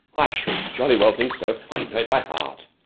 i should jolly well think so. i know it by heart.